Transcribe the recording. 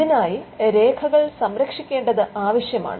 ഇതിനായി രേഖകൾ സംരക്ഷിക്കേണ്ടതാവശ്യമാണ്